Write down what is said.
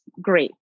great